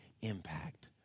impact